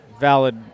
valid